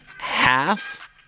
half